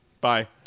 Bye